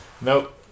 nope